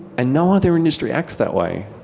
and no other industry acts that way.